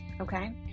okay